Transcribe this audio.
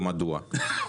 ומדוע?